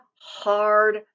hard